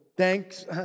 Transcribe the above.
Thanks